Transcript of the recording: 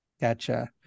Gotcha